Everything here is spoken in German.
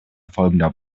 folgender